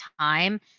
time